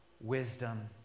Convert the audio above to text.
wisdom